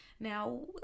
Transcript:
Now